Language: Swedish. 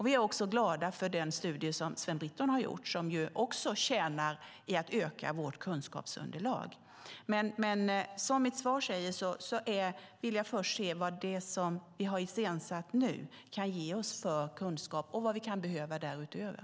Vi är också glada för den studie som Sven Britton har gjort, som också tjänar till att öka vårt kunskapsunderlag. Men som mitt svar säger vill jag först se vad det vi har iscensatt nu kan ge oss för kunskap och vad vi kan behöva därutöver.